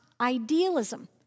idealism